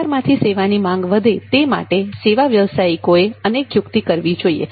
બજારમાંથી સેવાની માંગ વધે તે માટે સેવા વ્યવસાયિકોએ અનેક યુક્તિ કરવી જોઈએ